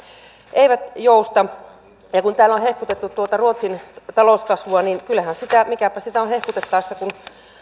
eivät jousta ja ja kun täällä on hehkutettu tuota ruotsin talouskasvua niin mikäpä sitä on hehkutettaessa kun